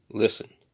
Listen